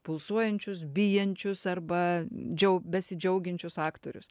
pulsuojančius bijančius arba džiau besidžiaugiančius aktorius